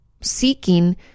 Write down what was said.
seeking